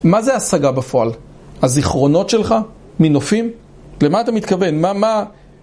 מה זה השגה בפועל? הזיכרונות שלך? מנופים? למה אתה מתכוון? מה, מה...